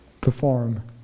perform